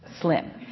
slim